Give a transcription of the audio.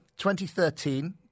2013